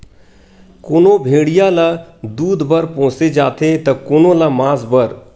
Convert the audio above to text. कोनो भेड़िया ल दूद बर पोसे जाथे त कोनो ल मांस बर